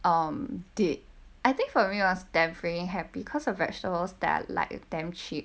um did I think for me was temporary happy because the vegetables that I like damn cheap